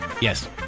Yes